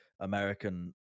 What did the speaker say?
american